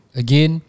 again